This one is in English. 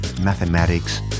mathematics